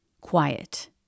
quiet